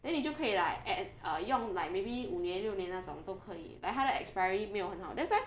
then 你就可以 like add uh 用 like maybe 五年六年那种都可以 like 它的 expiry 没有很好 that's why